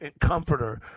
comforter